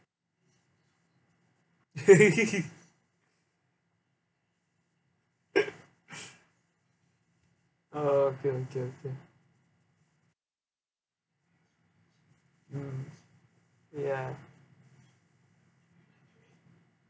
oh okay okay okay mm ya